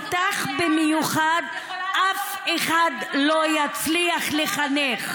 אני חושבת שאותך במיוחד אף אחד לא יצליח לחנך.